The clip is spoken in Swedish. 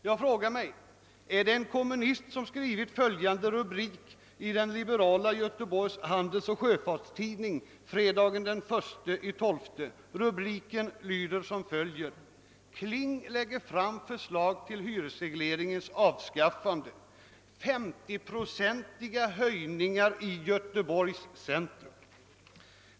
Jag frågar mig: Är det en kommunist som författat följande rubrik i den liberala Göteborgs Handelsoch Sjöfartstidning fredagen den 1 december: Kling lägger fram förslag till hyresregleringens avskaffande — 50-procentiga hyreshöjningar i Göteborgs centrum.